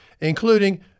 including